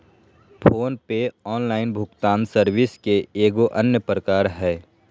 phone पे online भुगतान service के एगो अन्य प्रकार हय